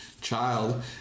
child